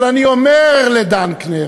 אבל אני אומר לדנקנר